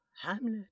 Hamlet